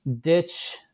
ditch